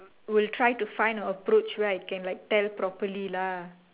will try to find a approach right can like tell properly lah